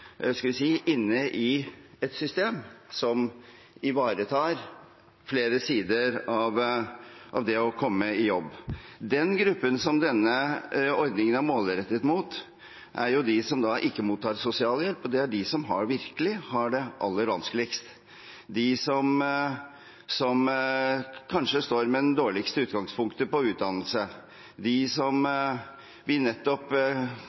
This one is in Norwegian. inne i et system som ivaretar flere sider av det å komme i jobb. Den gruppen som denne ordningen er målrettet mot, er de som ikke mottar sosialhjelp. Det er de som virkelig har det aller vanskeligst, de som kanskje har det dårligste utgangspunktet når det gjelder utdannelse – nettopp dem som vi får bildene av i hodet når vi